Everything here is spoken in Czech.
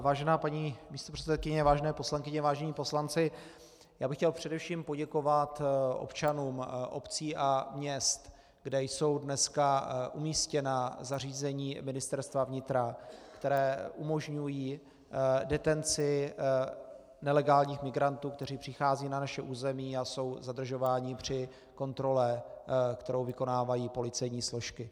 Vážená paní místopředsedkyně, vážené poslankyně, vážení poslanci, já bych chtěl především poděkovat občanům obcí a měst, kde jsou dneska umístěna zařízení Ministerstva vnitra, která umožňují detenci nelegálních migrantů, kteří přicházejí na naše území a jsou zadržováni při kontrole, kterou vykonávají policejní složky.